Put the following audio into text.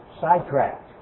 sidetracked